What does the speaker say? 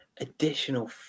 additional